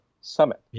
Summit